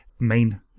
main